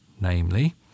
namely